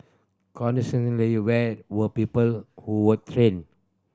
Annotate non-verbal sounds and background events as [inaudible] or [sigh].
[unintelligible] where were people who were trained